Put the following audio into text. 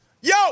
yo